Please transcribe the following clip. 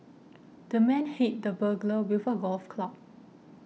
the man hit the burglar with a golf club